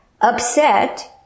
upset